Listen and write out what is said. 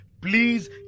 Please